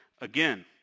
again